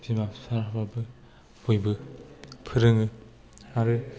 बिमा बिफाफ्राबो बयबो फोरोङो आरो